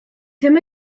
ddim